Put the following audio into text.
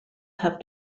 have